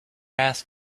ask